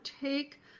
take